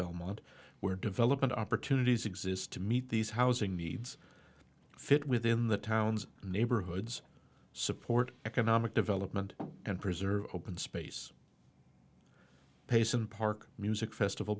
belmont where development opportunities exist to meet these housing needs fit within the town's neighborhoods support economic development and preserve open space payson park music festival